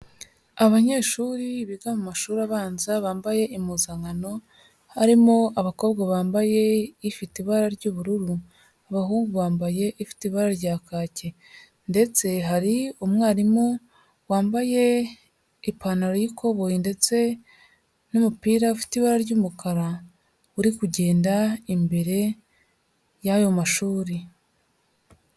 Abanyeshuri biga mu mashuri abanza bambaye impuzankano, harimo abakobwa bambaye ifite ibara ry'ubururu, abahungu bambaye ifite ibara rya kake ndetse hari umwarimu wambaye ipantaro y'ikoboyi ndetse n'umupira ufite ibara ry'umukara uri kugenda imbere y'ayo mashuri.